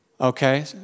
Okay